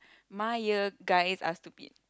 my year guys are stupid